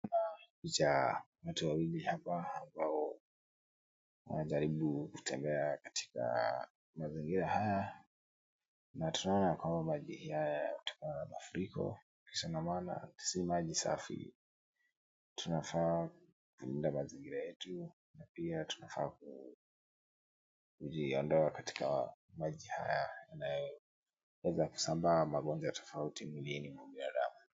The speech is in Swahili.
Picha ya watu wawili hapa, ambao wanajaribu kutembea katika mazingira haya, na tunaona kwamba maji haya yanatokana na mafuriko, kisa na maana si maji safi. Tunafaa kulinda mazingira yetu, na pia tunafaa kujiondoa katika maji haya, yanayoweza kusambaa magonjwa tofauti mwilini mwa binadamu.